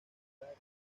rap